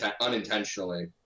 unintentionally